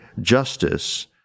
justice